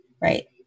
right